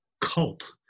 cult